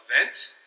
event